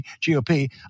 gop